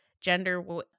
gender